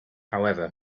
however